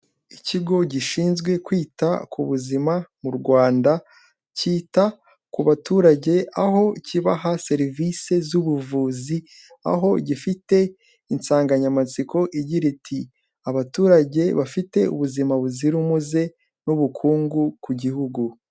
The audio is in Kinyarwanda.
Ikigo gishinzwe kwita ku buzima mu Rwanda, cyita ku baturage aho kibaha serivisi z'ubuvuzi, aho gifite insanganyamatsiko igira iti ''Abaturage bafite ubuzima buzira umuze n'ubukungu ku gihugu.''